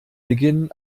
beginn